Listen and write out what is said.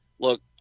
look